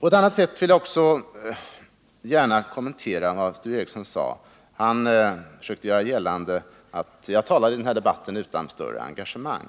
Jag vill också gärna kommentera vad Sture Ericson sade på ett annat sätt. Han försökte göra gällande att jag talar i den här debatten utan större engagemang.